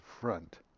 front